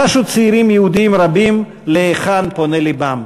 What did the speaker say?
חשו צעירים יהודים רבים להיכן פונה לבם.